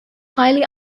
highly